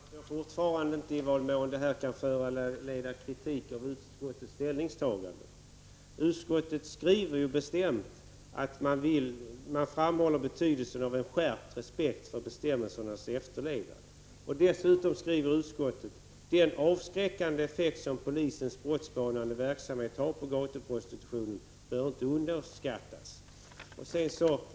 Herr talman! Jag förstår fortfarande inte i vad mån detta kan föranleda kritik av utskottets ställningstagande. I betänkandet står det att utskottet vill ”framhålla betydelsen av en skärpt respekt för bestämmelsens efterlevnad; den avskräckande effekt som polisens brottsspanande verksamhet har på gatuprostitutionen bör inte underskattas”.